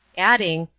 adding,